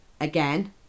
again